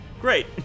Great